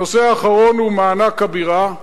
הנושא האחרון הוא מענק הבירה.